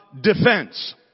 defense